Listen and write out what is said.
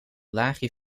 laagje